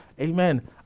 Amen